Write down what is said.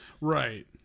Right